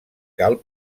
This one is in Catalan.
cal